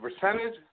percentage